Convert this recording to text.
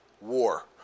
war